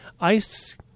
Ice